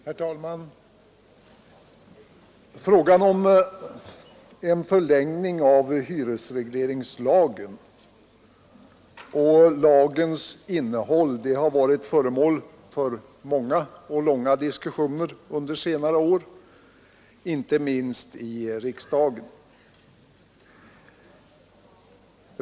Herr talman! Frågan om en förlängning av hyresregleringslagen och lagens innehåll har varit föremål för många och långa diskussioner under senare år, inte minst i riksdagen.